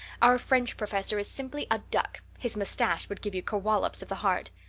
our french professor is simply a duck. his moustache would give you kerwollowps of the heart.